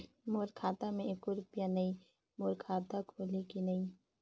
मोर खाता मे एको रुपिया नइ, मोर खाता खोलिहो की नहीं?